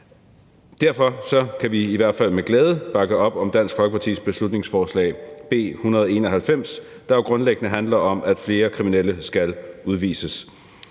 Derfor kan vi i hvert fald med glæde bakke op om Dansk Folkepartis beslutningsforslag B 191, der jo grundlæggende handler om, at flere kriminelle skal udvises.